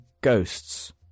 Ghosts